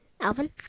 Alvin